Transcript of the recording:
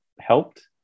helped